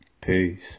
Peace